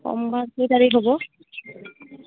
সোমবাৰ কেই তাৰিখ হ'ব